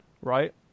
Right